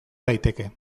daiteke